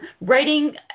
writing –